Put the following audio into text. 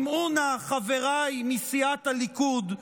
שמעו נא, חבריי מסיעת הליכוד,